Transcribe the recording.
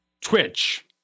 twitch